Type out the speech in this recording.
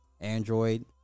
Android